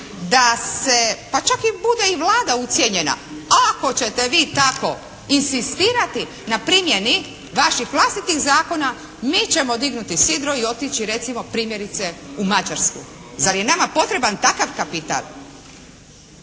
pa čak i bude i Vlada ucijenjena, a ako ćete vi tako inzistirati na primjeni vaših vlastitih zakona mi ćemo dignuti sidro i otići recimo primjerice u Mađarsku. Zar je nama potreban takav kapital?